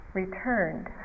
returned